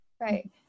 Right